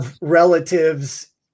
relatives